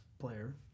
player